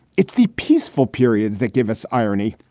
it's the peaceful periods that give us irony,